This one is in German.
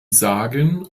sagen